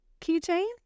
keychain